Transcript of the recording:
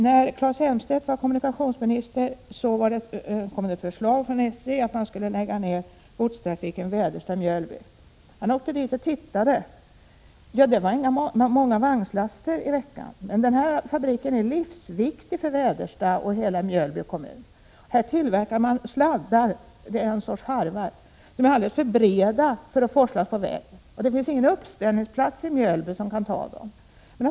När Claes Elmstedt var kommunikationsminister kom det ett förslag från SJ att man skulle lägga ner godstrafiken på bandelen Väderstad --Mjölby. Claes Elmstedt åkte dit och tittade. Det var inte fråga om många vagnslaster i veckan, men den trafik som var beroende av järnvägen är livsviktig för Väderstad och hela Mjölby kommun. Man tillverkar där sladdar till en sorts harvar som är alldeles för breda för att forslas på landsväg. Det finns heller ingen uppställningsplats i Mjölby som kan ta emot dem.